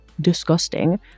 disgusting